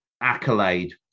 accolade